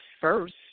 first